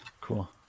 Cool